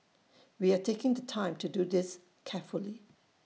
we are taking the time to do this carefully